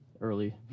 Early